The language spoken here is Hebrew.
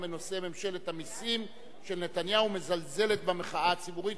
ממשלת המסים של נתניהו מזלזלת במחאה הציבורית